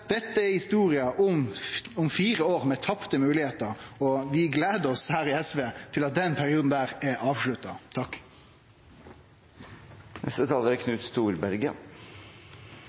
Dette er historia om fire år med tapte moglegheiter, og vi i SV gleder oss til den perioden er avslutta. Det er